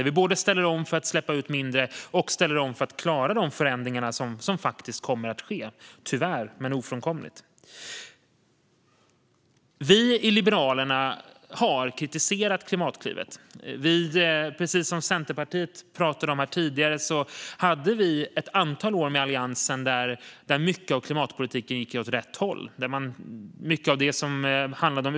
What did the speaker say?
Vi ställer om för att både släppa ut mindre och klara de förändringar som tyvärr ofrånkomligen kommer. Liberalerna har kritiserat Klimatklivet. Precis som Centerpartiet sa gick mycket i klimatpolitiken åt rätt håll under Alliansens tid.